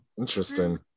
interesting